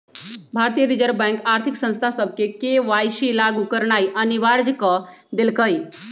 भारतीय reserve bank आर्थिक संस्था सभके के.वाई.सी लागु करनाइ अनिवार्ज क देलकइ